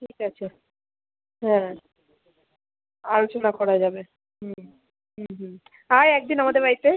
ঠিক আছে হ্যাঁ আলোচনা করা যাবে হুম হুম হুম আয় এক দিন আমাদের বাড়িতে